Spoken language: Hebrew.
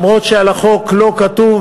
אומנם על החוק לא כתוב